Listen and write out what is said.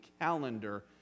calendar